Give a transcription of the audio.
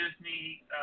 Disney